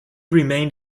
remained